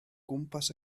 gwmpas